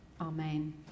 Amen